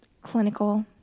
clinical